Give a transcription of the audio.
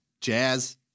Jazz